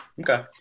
Okay